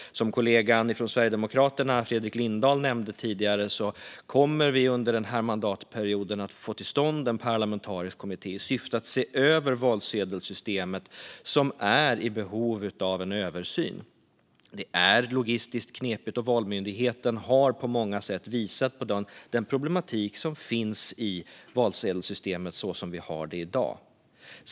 Som kollegan från Sverigedemokraterna, Fredrik Lindahl, nämnde tidigare kommer vi under denna mandatperiod att få till stånd en parlamentarisk kommitté i syfte att se över valsedelssystemet, som är i behov av en sådan översyn. Det är logistiskt knepigt, och Valmyndigheten har på många sätt visat på den problematik som finns i valsedelssystemet så som det är i dag.